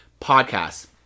Podcasts